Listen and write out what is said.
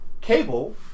Cable